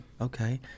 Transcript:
Okay